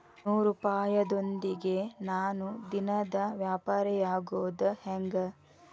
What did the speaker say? ನೂರುಪಾಯದೊಂದಿಗೆ ನಾನು ದಿನದ ವ್ಯಾಪಾರಿಯಾಗೊದ ಹೆಂಗ?